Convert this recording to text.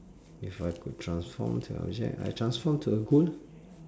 if I could transform to object I transform to a gold